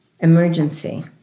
Emergency